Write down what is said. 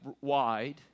wide